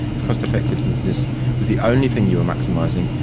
if cost effectiveness was the only thing you were maximising,